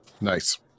Nice